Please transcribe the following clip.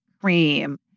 cream